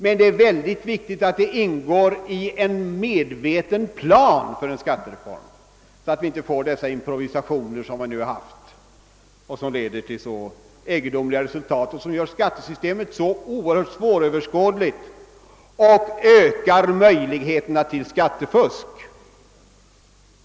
Men det är mycket viktigt att vi får en medveten plan för en skattereform, så att vi slipper sådana improvisationer som vi nu haft och som leder till så egendomliga resultat och gör skattesystemet så oerhört svåröverskådligt — och ökar möjligheterna till skattefusk!